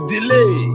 Delay